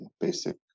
basic